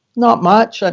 not much. but